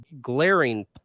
glaring